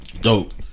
Dope